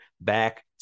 back